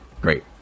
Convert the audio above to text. great